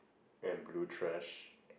and blue thrash